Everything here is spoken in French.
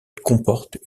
comportent